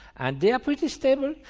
and they are pretty stable.